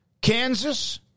Kansas